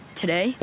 Today